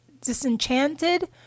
disenchanted